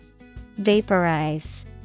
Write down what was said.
Vaporize